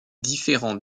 différents